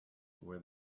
where